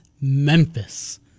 Memphis